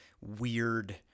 weird